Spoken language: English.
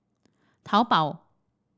taobao